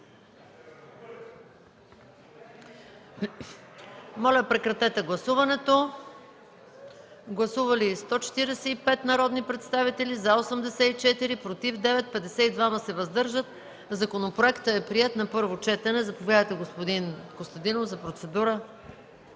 Моля, гласувайте. Гласували 145 народни представители: за 84, против 9, въздържали се 52. Законопроектът е приет на първо четене. Заповядайте, господин Костадинов, за процедура.